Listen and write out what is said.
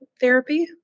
therapy